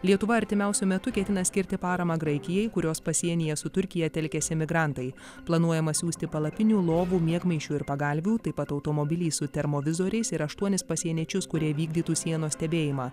lietuva artimiausiu metu ketina skirti paramą graikijai kurios pasienyje su turkija telkiasi migrantai planuojama siųsti palapinių lovų miegmaišių ir pagalvių taip pat automobilį su termovizoriais ir aštuonis pasieniečius kurie vykdytų sienos stebėjimą